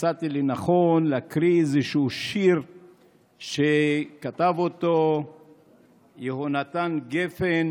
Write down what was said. מצאתי לנכון להקריא איזשהו שיר שכתב יהונתן גפן